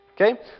Okay